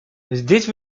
здесь